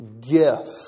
gift